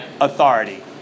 authority